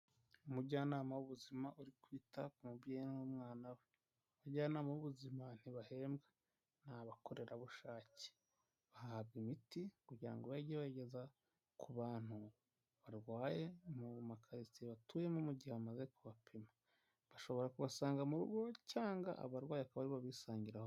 Umujyanama w'ubuzima uri kwita ku mubyeyi n'umwana we, abajyanama b'ubuzima ntibahembwa ni abakorerabushake bahabwa imiti kugira ngo bajye bayigeza ku bantu barwaye mu ma karitsiye batuyemo mu gihe amaze kubapima, bashobora kubasanga mu rugo cyangwa abarwayi baka aribo babisangirayo.